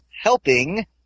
helping